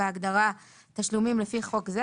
בהגדרה "תשלומים לפי חוק זה",